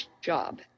job